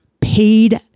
paid